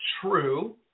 true